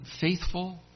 faithful